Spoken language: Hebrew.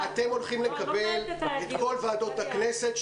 קטי, אתם הולכים לקבל את כל ועדות הכנסת.